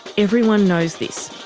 everyone knows this.